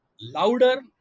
louder